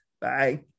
Bye